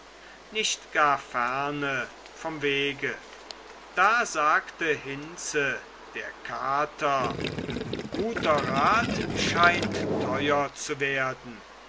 nicht gar ferne vom wege da sagte hinze der kater guter rat scheint teuer zu werden